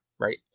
right